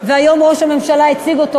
והיום ראש הממשלה הציג אותו,